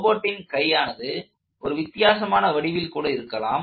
ரோபோட்டின் கையானது ஒரு வித்தியாசமான வடிவில் கூட இருக்கலாம்